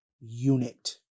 unit